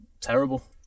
terrible